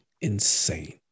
insane